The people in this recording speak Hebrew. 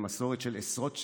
עם מסורת של עשרות שנים,